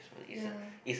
ya